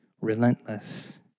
relentless